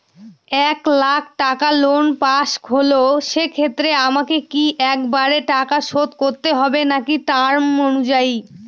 এক লাখ টাকা loan pass হল সেক্ষেত্রে আমাকে কি একবারে টাকা শোধ করতে হবে নাকি টার্ম অনুযায়ী?